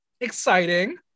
Exciting